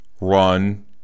run